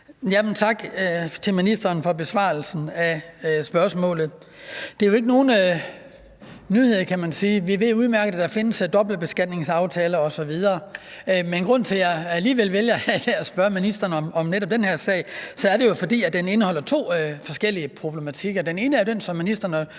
Tak til ministeren for besvarelsen af spørgsmålet. Det er jo ikke nogen nyhed, kan man sige. Vi ved udmærket, at der findes dobbeltbeskatningsaftaler osv., men grunden til, at jeg alligevel vælger at spørge ministeren om netop den her sag, er, at den indeholder to forskellige problematikker. Den ene er den, som ministeren